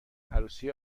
عروسی